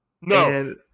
No